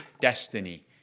Destiny